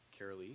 Carolee